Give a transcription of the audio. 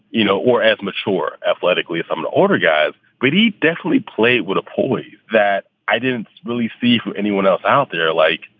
you know, or as mature athletically an order, guys. but he definitely played with a poise that i didn't really see anyone else out there. like,